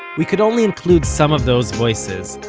we could only include some of those voices,